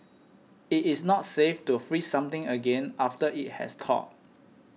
it is not safe to freeze something again after it has thawed